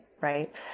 right